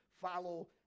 follow